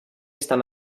estan